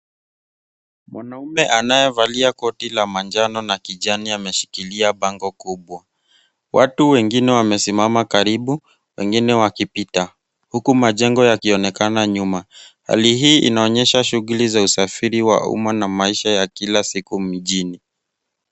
Mwanaume anayevalia koti la manjano na kijani ameshikilia bango kubwa. Watu wengine wamesimama karibu, wengine wakipita huku majengo yakionekana nyuma. Hali hii inaonyesha shughuli za usafiri wa umma na maisha ya kila siku mjini.